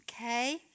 Okay